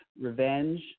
revenge